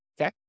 Okay